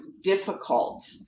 difficult